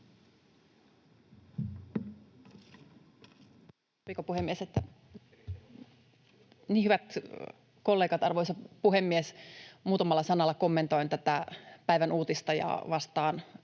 Hyvät kollegat! Arvoisa puhemies! Muutamalla sanalla kommentoin tätä päivän uutista ja vastaan